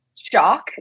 shock